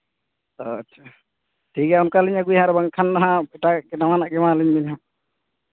ᱟᱪᱪᱷᱟ ᱴᱷᱤᱠ ᱜᱮᱭᱟ ᱚᱱᱠᱟ ᱞᱤᱧ ᱟᱹᱜᱩᱭᱟ ᱟᱨ ᱵᱟᱝᱠᱷᱟᱱ ᱫᱚ ᱦᱟᱸᱜ ᱮᱴᱟᱜᱟᱜ ᱱᱟᱣᱟᱱᱟᱜ ᱜᱮ ᱮᱢᱟᱞᱤᱧ ᱵᱮᱱ ᱦᱟᱸᱜ